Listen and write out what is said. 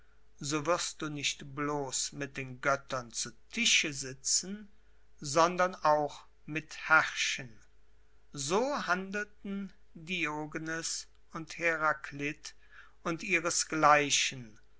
so wirst du nicht bloß mit den göttern zu tische sitzen sondern auch mit herrschen so handelten diogenes und heraklit und ihresgleichen